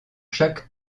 chaque